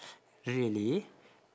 really